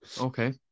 Okay